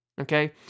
Okay